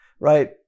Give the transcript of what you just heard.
right